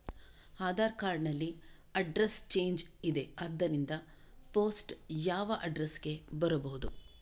Aadhaar card ನಲ್ಲಿ address change ಇದೆ ಆದ್ದರಿಂದ ಪೋಸ್ಟ್ ಯಾವ ಅಡ್ರೆಸ್ ಗೆ ಬರಬಹುದು?